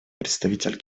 представитель